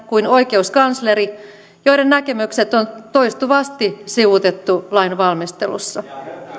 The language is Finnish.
kuin oikeuskansleri joiden näkemykset on toistuvasti sivuutettu lainvalmistelussa